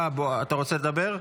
בוארון, אתה רוצה לדבר?